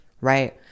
right